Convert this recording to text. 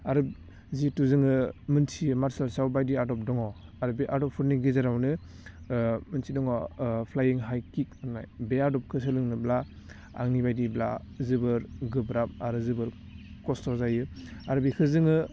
आरो जिहेथु जोङो मोनथियो मारसेल आर्ट्सआव बायदि आदब दङ आरो बे आदबफोरनि गेजेरावनो मोनसे दङ फ्लायिं हाइ किक होननाय बे आदबखौ सोलोंनोब्ला आंनिबायदिब्ला जोबोर गोब्राब आरो जोबोर खस्थ' जायो आरो बेखौ जोङो